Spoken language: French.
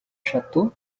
château